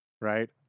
right